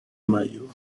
mayo